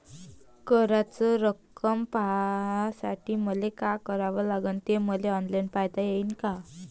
कराच रक्कम पाहासाठी मले का करावं लागन, ते मले ऑनलाईन पायता येईन का?